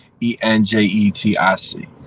E-N-J-E-T-I-C